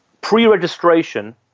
pre-registration